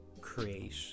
create